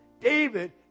David